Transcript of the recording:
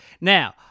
Now